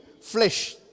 flesh